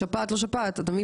שפעת לא שפעת אתה מבין?